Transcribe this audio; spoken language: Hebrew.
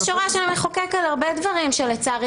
יש הוראה של המחוקק על הרבה דברים שלצערי,